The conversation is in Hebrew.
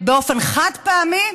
באופן חד-פעמי,